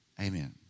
Amen